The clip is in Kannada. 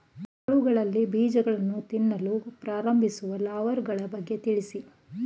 ಕಾಳುಗಳಲ್ಲಿ ಬೀಜಗಳನ್ನು ತಿನ್ನಲು ಪ್ರಾರಂಭಿಸುವ ಲಾರ್ವಗಳ ಬಗ್ಗೆ ತಿಳಿಸಿ?